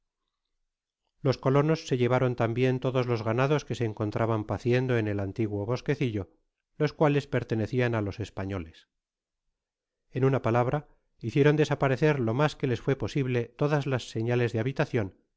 los colonos se llevaron tambien todos los ganados que se encontraban paciendo en el antiguo bosquecillo los cuales pertenecian á los españoles en una palabra hicieron desaparecer lo mas que les fué posible todas las señales de habitacion y